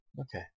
Okay